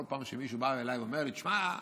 כל פעם שמישהו בא אליי ואומר לי: תשמע,